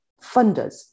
funders